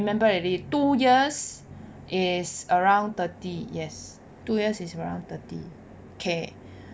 remember already two years is around thirty yes two years is around thirty K